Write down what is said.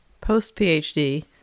Post-PhD